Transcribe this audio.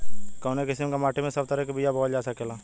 कवने किसीम के माटी में सब तरह के बिया बोवल जा सकेला?